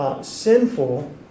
Sinful